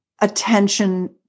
attention